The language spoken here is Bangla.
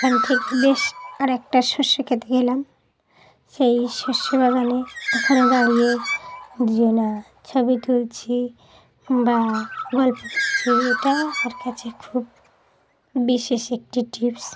ওখান থেকে বেশ আরেকটা শস্য খেত গেলাম সেই শস্য বাগানে ওখানে দাঁড়িয়ে দুজনা ছবি তুলছি বা গল্প করছি এটা আমার কাছে খুব বিশেষ একটি টিপস